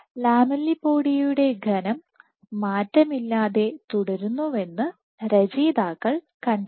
ലാമെല്ലിപോഡിയയുടെ ഘനം മാറ്റമില്ലാതെ തുടരുന്നുവെന്ന് രചയിതാക്കൾ കണ്ടെത്തി